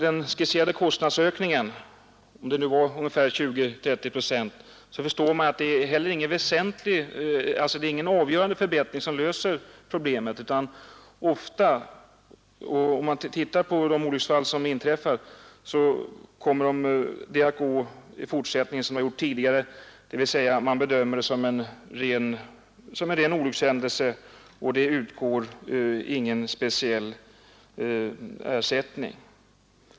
Den skisserade kostnadsökningen på ungefär 20-30 procent innebär emellertid uppenbarligen inte någon avgörande förbättring i detta avseende, som löser problemen, utan det kommer även i fortsättningen ofta att bli så att inträffade olycksfall bedöms som rena olyckshändelser, för vilka det inte utgår någon speciell ersättning.